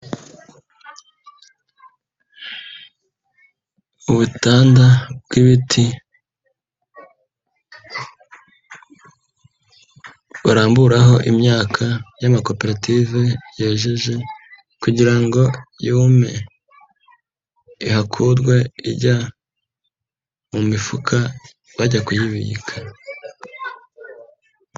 Ubutanda bw'ibiti baramburaho imyaka y'amakoperative yejeje kugira yume ihakurwe ijya mu mifuka bajya kuyibika.